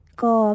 go